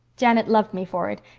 janet loved me for it,